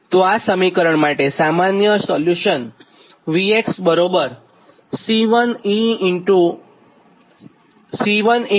તો આ સમીકરણ માટે સામાન્ય સોલ્યુશન 𝑉𝑥𝐶1𝑒𝛾x 𝐶2𝑒 𝛾x